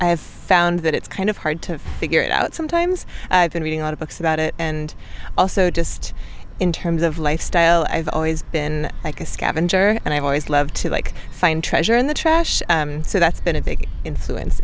i have found that it's kind of hard to figure it out sometimes i've been reading a lot of books about it and also just in terms of lifestyle i've always been like a scavenger and i've always loved to like find treasure in the trash so that's been a big influence